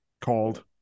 called